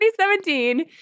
2017